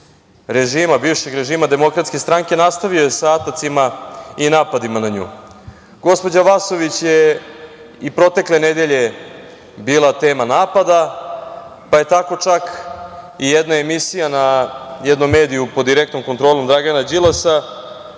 iz bivšeg režima DS nastavio je sa atacima i napadima na nju. Gospođa Vasović je i protekle nedelje bila tema napada, pa je tako čak i jedna emisija na jednom mediju pod direktnom kontrolom Dragana Đilasa